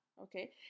okay